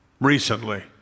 recently